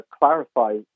clarify